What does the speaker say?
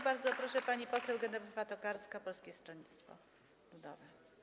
Bardzo proszę, pani poseł Genowefa Tokarska, Polskie Stronnictwo Ludowe.